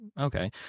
okay